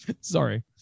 Sorry